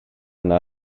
yno